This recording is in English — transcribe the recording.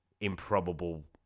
improbable